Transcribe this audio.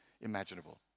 imaginable